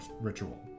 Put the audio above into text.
ritual